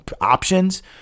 options